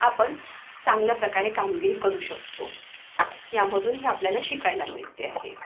आपण चांगल्या प्रकारे कामगिरी करू शकतो यामधून हे आपल्याला शिकायला मिळते आहे